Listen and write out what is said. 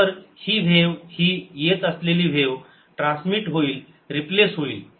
तर ही व्हेव ही येत असलेली व्हेव ट्रान्समिट होईल रिप्लेस होईल